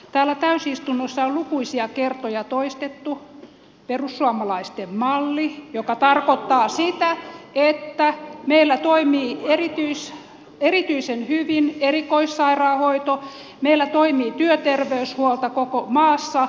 täällä täysistunnossa on lukuisia kertoja toistettu perussuomalaisten malli joka tarkoittaa sitä että meillä toimii erityisen hyvin erikoissairaanhoito meillä toimii työterveyshuolto koko maassa